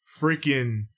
Freaking